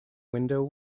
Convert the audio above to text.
window